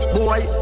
Boy